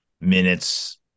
Minutes